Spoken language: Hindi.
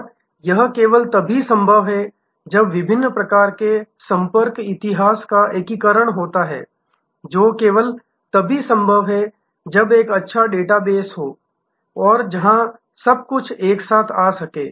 और यह केवल तब संभव है जब विभिन्न प्रकार के संपर्क इतिहास का एकीकरण होता है जो केवल तभी संभव है जब एक अच्छा डेटाबेस हो जहां सब कुछ एक साथ आ सके